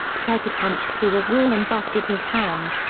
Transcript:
tried to punch through a wall and busted his hand.